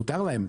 מותר להם.